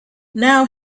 now